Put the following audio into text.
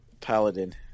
paladin